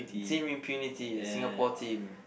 the team Infinity the Singapore team